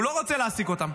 והוא לא רוצה להעסיק אותם,